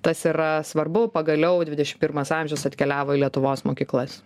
tas yra svarbu pagaliau dvidešim pirmas amžius atkeliavo į lietuvos mokyklas